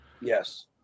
Yes